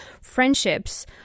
friendships